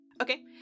Okay